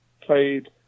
played